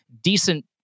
decent